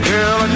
Girl